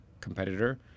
competitor